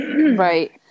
Right